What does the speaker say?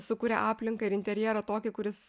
sukūrė aplinką ir interjerą tokį kuris